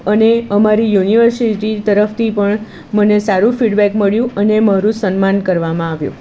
અને અમારી યુનિવર્સિટી તરફથી પણ મને સારું ફિડબેક મળ્યું અને મારું સન્માન કરવામાં આવ્યું